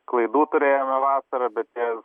klaidų turėjome vasarą bet jas